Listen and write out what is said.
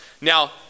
Now